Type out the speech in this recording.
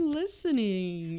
listening